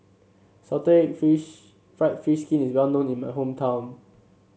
Salted Egg fish fried fish skin is well known in my hometown